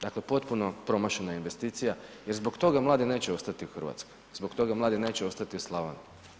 Dakle, potpuno promašena investicija i zbog toga mladi neće ostati u Hrvatskoj, zbog toga mladi neće ostati u Slavoniji.